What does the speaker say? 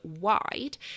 wide